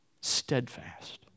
steadfast